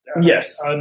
Yes